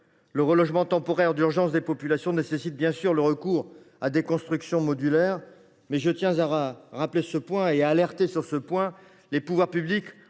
Le relogement temporaire d’urgence des populations nécessite bien sûr le recours à des constructions modulaires, mais je tiens à alerter sur le fait que les pouvoirs publics